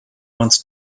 wants